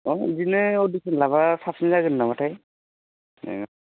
औ बिदिनो अडिसन लाब्ला साबसिन जागोन नामाथाय ओं